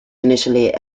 initially